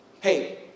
hey